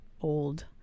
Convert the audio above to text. old